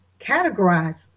categorize